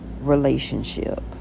relationship